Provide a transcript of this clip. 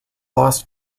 lost